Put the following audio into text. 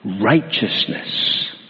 righteousness